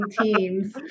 teams